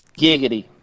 Giggity